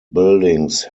buildings